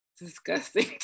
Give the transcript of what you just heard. disgusting